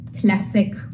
classic